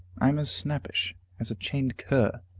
i am as snappish as a chained cur,